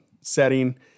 setting